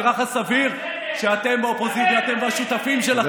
נראה לך סביר שאתם באופוזיציה, אתם והשותפים שלכם,